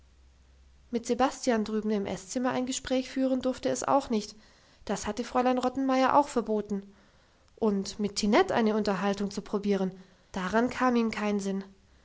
mit sebastian drüben im esszimmer ein gespräch führen durfte es auch nicht das hatte fräulein rottenmeier auch verboten und mit tinette eine unterhaltung zu probieren daran kam ihm kein sinn